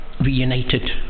reunited